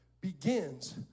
begins